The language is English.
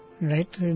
right